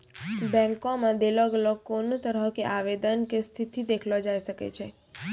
बैंको मे देलो गेलो कोनो तरहो के आवेदन के स्थिति देखलो जाय सकै छै